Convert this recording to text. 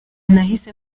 nahise